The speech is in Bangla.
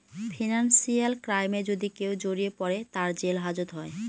ফিনান্সিয়াল ক্রাইমে যদি কেউ জড়িয়ে পরে, তার জেল হাজত হয়